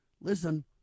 listen